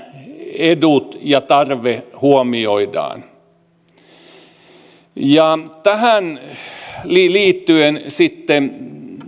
edut ja tarve huomioidaan tähän liittyen sitten